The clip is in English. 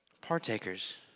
Partakers